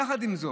יחד עם זאת,